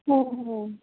ହଁ ହଁ